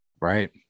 right